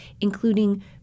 including